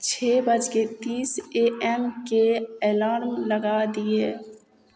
छओ बजके तीस ए एम के एलार्म लगा दिये